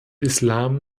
islam